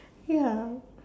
ya